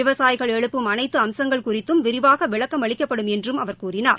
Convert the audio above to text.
விவசாயிகள் எழுப்பும் அனைத்து அம்சங்கள் குறித்தும் விரிவாக விளக்கம் அளிக்கப்படும் என்றும் அவர் கூறினார்